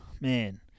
man